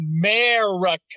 America